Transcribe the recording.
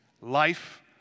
Life